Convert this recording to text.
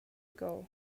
ago